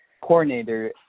coordinator